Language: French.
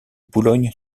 boulogne